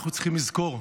אנחנו צריכים לזכור: